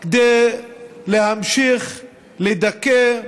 כדי להמשיך לדכא,